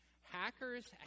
Hackers